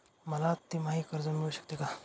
मला तिमाही कर्ज मिळू शकते का?